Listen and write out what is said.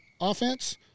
offense